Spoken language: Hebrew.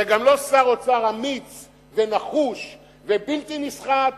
זה גם לא שר אוצר אמיץ ונחוש ובלתי נסחט